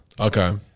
Okay